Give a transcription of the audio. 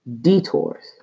Detours